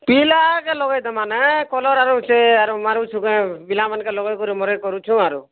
ପିଲାକେ ଲଗେଇଦେମାଁ ନେଁ କଲର୍ ଆରୁ ସେ ଆରୁ ମାରୁଛୁ କାଏଁ ପିଲାମାନ୍କେ ଲଗେଇକରି ମରେଇ କରୁଛୁ ଆରୁ